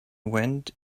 went